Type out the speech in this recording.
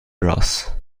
bros